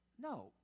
no